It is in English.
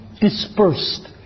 dispersed